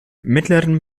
mittleren